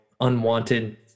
unwanted